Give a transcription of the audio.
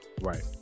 Right